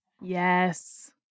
Yes